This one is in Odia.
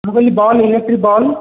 ମୁଁ କହିଲି ବଲ୍ ଇଲେକ୍ଟ୍ରି ବଲ୍